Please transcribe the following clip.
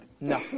No